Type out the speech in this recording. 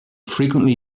frequently